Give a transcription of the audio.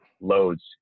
loads